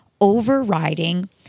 overriding